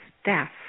staff